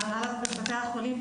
של הנהלת בתי החולים,